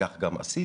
וכך גם עשיתי,